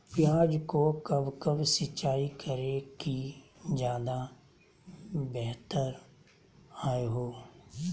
प्याज को कब कब सिंचाई करे कि ज्यादा व्यहतर हहो?